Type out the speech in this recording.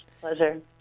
Pleasure